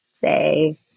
say